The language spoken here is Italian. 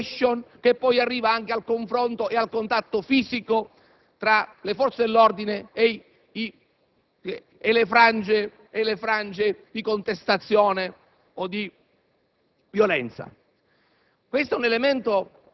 inibisce l'*escalation* che può arrivare anche al confronto e al contatto fisico tra forze dell'ordine e frange di contestazione o di violenza.